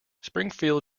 springfield